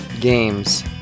games